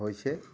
হৈছে